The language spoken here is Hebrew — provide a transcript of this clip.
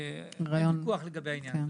אין ויכוח לגבי העניין זה,